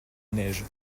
neige